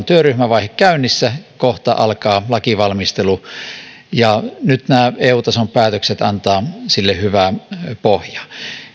työryhmävaihe käynnissä kohta alkaa lakivalmistelu ja nyt nämä eu tason päätökset antavat sille hyvää pohjaa